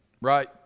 right